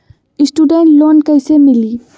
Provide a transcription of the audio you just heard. Student loan कैसे मिली?